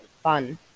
Fun